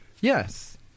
Yes